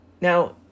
Now